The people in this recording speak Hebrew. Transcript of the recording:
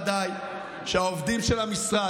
ודאי שהעובדים של המשרד,